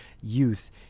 youth